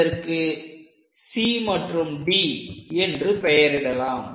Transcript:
இதற்கு C மற்றும் D என்று பெயரிடலாம்